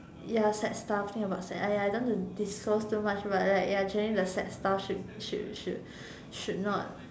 ya sad stuff think about sad !aiya! I don't want disclose too much about that ya actually the sad stuff should should should should not